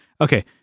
okay